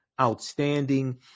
outstanding